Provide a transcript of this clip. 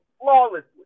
flawlessly